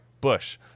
Bush